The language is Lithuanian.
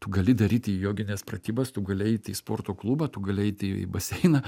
tu gali daryti jogines pratybas tu gali eiti į sporto klubą tu gali eiti į baseiną